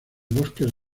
bosques